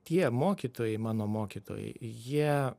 tie mokytojai mano mokytojai jie